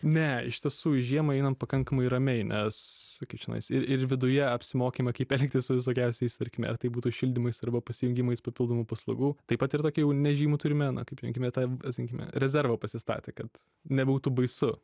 ne iš tiesų į žiemą einam pakankamai ramiai mes kaip čionais ir viduje apsimokėme kaip elgtis su visokiausiais tarkime ar tai būtų šildymais arba pasijungimais papildomų paslaugų taip pat ir tokį jau nežymų turime na kaip vadinkime ta sakykime rezervą pasistatę kad nebūtų baisu